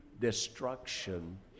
destruction